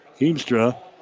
Heemstra